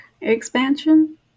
expansion